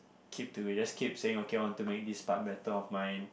keep to you just keep saying okay I want to make this but better of mine